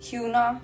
Huna